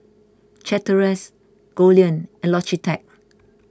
Chateraise Goldlion and Logitech